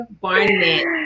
Barnett